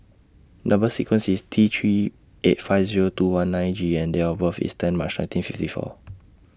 Number sequence IS T three eight five Zero two one nine G and Date of birth IS ten March nineteen fifty four